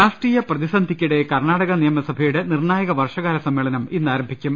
രാഷ്ട്രീയ പ്രതിസന്ധിക്കിടെ കർണാടക നിയമസഭയുടെ നിർണാ യക വർഷകാല സമ്മേളനം ഇന്നാരംഭിക്കും